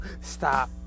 stop